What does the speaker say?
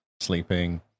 Sleeping